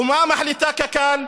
ומה מחליטה קק"ל?